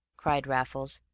cried raffles.